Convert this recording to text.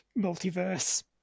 multiverse